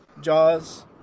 Jaws